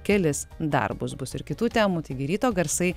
kelis darbus bus ir kitų temų taigi ryto garsai